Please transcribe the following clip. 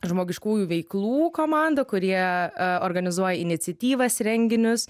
žmogiškųjų veiklų komandą kurie organizuoja iniciatyvas renginius